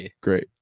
great